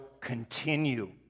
continue